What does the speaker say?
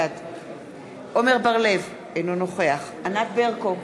בעד עמר בר-לב, אינו נוכח ענת ברקו,